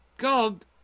God